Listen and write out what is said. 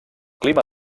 clima